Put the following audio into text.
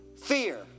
fear